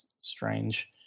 strange